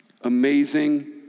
Amazing